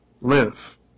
live